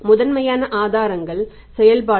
முதன்மையான ஆதாரங்கள் செயல்பாடுகள்